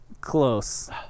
Close